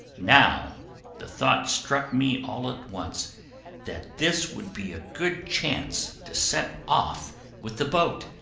now the thought struck me all at once that this would be a good chance to set off with the boat,